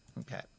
Okay